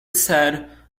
said